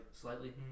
slightly